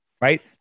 right